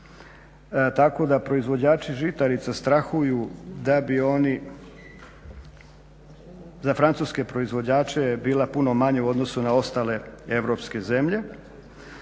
tako da proizvođači žitarica strahuju da bi oni za francuske proizvođače bila puno manje u ostalu na ostale europske zemlje